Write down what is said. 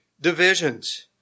divisions